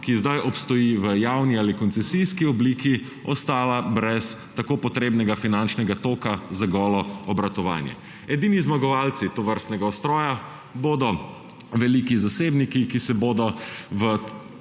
ki zdaj obstoji v javni ali koncesijski obliki, ostala brez tako pomembnega finančnega toka za golo obratovanje. Edini zmagovalci tovrstnega ustroja bodo veliki zasebniki, ki se bodo v